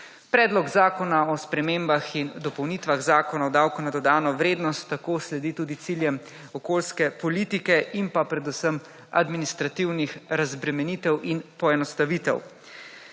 Predlog Zakona o spremembah in dopolnitvah Zakona o davku na dodano vrednost tako sledi tudi ciljem okoljske politike in pa predvsem administrativnih razbremenitev in poenostavitev.